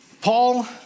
Paul